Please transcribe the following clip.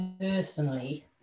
personally